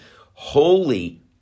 Holy